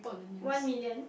one million